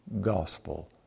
gospel